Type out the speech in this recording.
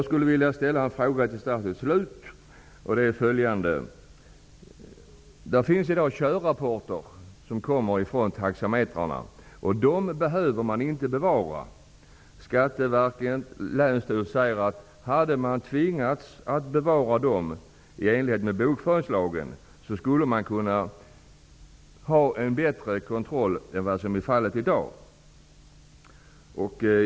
Det kommer i dag körrapporter från taxametrarna. De behöver man inte bevara. Skatteverket och länsstyrelserna säger att de skulle kunna ha en bättre kontroll än vad som i dag är fallet om taxiägarna hade tvingats att bevara dessa rapporter i enlighet med bokföringslagen.